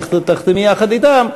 תחתמי יחד אתן,